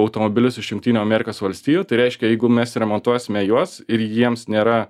automobilius iš jungtinių amerikos valstijų tai reiškia jeigu mes remontuosime juos ir jiems nėra